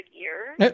years